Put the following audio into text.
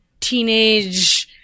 teenage –